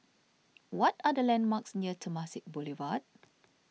what are the landmarks near Temasek Boulevard